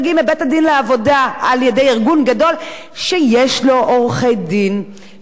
ארגון גדול שיש לו עורכי-דין שמכירים את המאטריה,